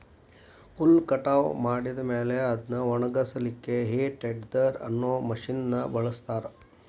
ಹುಲ್ಲ್ ಕಟಾವ್ ಮಾಡಿದ ಮೇಲೆ ಅದ್ನ ಒಣಗಸಲಿಕ್ಕೆ ಹೇ ಟೆಡ್ದೆರ್ ಅನ್ನೋ ಮಷೇನ್ ನ ಬಳಸ್ತಾರ